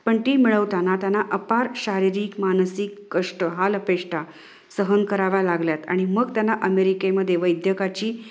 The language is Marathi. पण ती मिळवताना त्यांना अपार शारीरिक मानसिक कष्ट हालअपेष्टा सहन कराव्या लागल्या आहेत आणि मग त्यांना अमेरिकेमध्ये वैद्यकाची